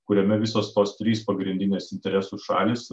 kuriame visos tos trys pagrindinės interesų šalys